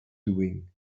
doing